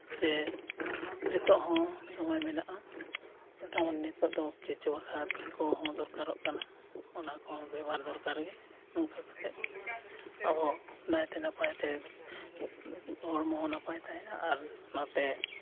ᱡᱮ ᱱᱤᱛᱚᱜ ᱦᱚᱸ ᱥᱚᱢᱚᱭ ᱢᱮᱱᱟᱜ ᱡᱮᱢᱚᱱ ᱱᱤᱛᱚᱜ ᱫᱚ ᱠᱤᱪᱩᱣᱟᱹ ᱠᱷᱟᱫ ᱠᱚ ᱦᱚᱸ ᱫᱚᱨᱠᱟᱨᱚᱜ ᱠᱟᱱᱟ ᱚᱱᱟ ᱠᱚ ᱦᱚᱸ ᱵᱮᱵᱚᱦᱟᱨ ᱫᱚᱨᱠᱟᱨ ᱜᱮ ᱚᱱᱠᱟ ᱠᱟᱛᱮ ᱟᱵᱚ ᱱᱟᱭᱛᱮ ᱱᱟᱯᱟᱭᱛᱮ ᱦᱚᱲᱢᱚ ᱦᱚᱸ ᱱᱟᱯᱟᱭ ᱛᱟᱦᱮᱱᱟ ᱟᱨ ᱱᱚᱛᱮ